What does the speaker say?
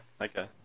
Okay